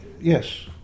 Yes